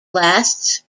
lasts